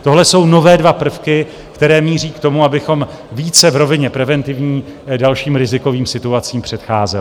Tohle jsou nové dva prvky, které míří k tomu, abychom více v rovině preventivní dalším rizikovým situacím předcházeli.